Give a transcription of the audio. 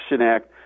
Act